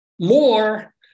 More